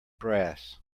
brass